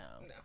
No